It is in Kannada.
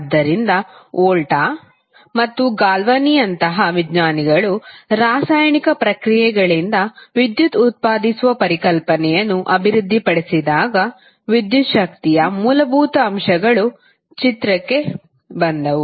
ಆದ್ದರಿಂದ ವೋಲ್ಟಾ ಮತ್ತು ಗಾಲ್ವಾನಿಯಂತಹ ವಿಜ್ಞಾನಿಗಳು ರಾಸಾಯನಿಕ ಪ್ರಕ್ರಿಯೆಗಳಿಂದ ವಿದ್ಯುತ್ ಉತ್ಪಾದಿಸುವ ಪರಿಕಲ್ಪನೆಯನ್ನು ಅಭಿವೃದ್ಧಿಪಡಿಸಿದಾಗ ವಿದ್ಯುತ್ ಶಕ್ತಿಯ ಮೂಲಭೂತ ಅಂಶಗಳು ಚಿತ್ರಕ್ಕೆ ಬಂದವು